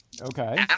Okay